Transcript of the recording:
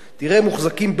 מוחזקים באוהלים,